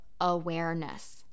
awareness